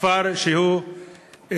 כפר שהוא שקט